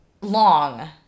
Long